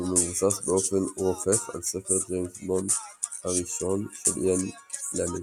והוא מבוסס באופן רופף על ספר ג'יימס בונד הראשון של איאן פלמינג,